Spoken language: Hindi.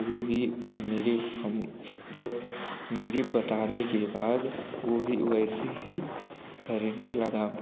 वो भी मेरे हम जब मेरे बताने के बाद वो भी वैसे ही करने लगा